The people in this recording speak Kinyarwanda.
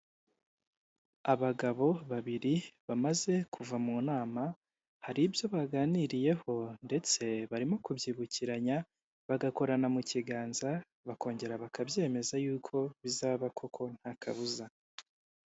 Abagabo babiri bamaze kuva mu nama hari ibyo baganiriyeho ndetse barimo kubyibukiranya bagakorana mu kiganza bakongera bakabyemeza yuko bizaba koko nta kabuza.